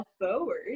forward